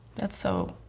that's so,